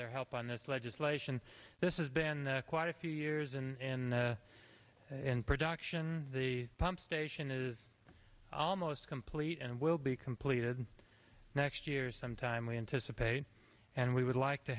their help on this legislation this is been quite a few years in and production the pump station is almost complete and will be completed next year sometime we anticipate and we would like to